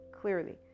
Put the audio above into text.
clearly